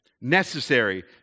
necessary